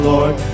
Lord